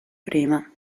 prima